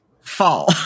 Fall